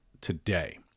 today